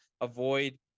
avoid